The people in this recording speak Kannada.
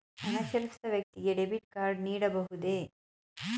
ಅನಕ್ಷರಸ್ಥ ವ್ಯಕ್ತಿಗೆ ಡೆಬಿಟ್ ಕಾರ್ಡ್ ನೀಡಬಹುದೇ?